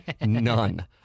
None